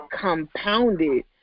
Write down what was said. compounded